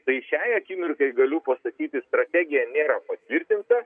tai šiai akimirkai galiu pasakyti strategija nėra patvirtinta